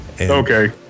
Okay